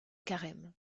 carême